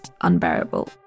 unbearable